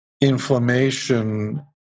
inflammation